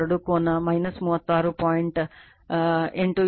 42 ಕೋನ 36